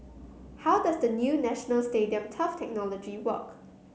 how does the new National Stadium turf technology work